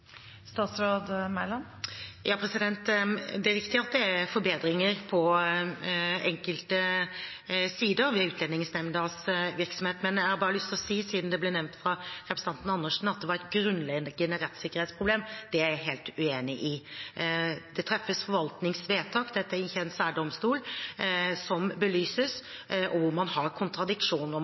Det er riktig at det er behov for forbedringer i enkelte sider ved Utlendingsnemndas virksomhet, men siden det ble nevnt av representanten Karin Andersen at det var et grunnleggende rettssikkerhetsproblem, vil jeg bare si at det er jeg helt uenig i. Det treffes forvaltningsvedtak – dette er ikke en særdomstol – som belyses, man har kontradiksjon, og man har